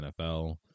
NFL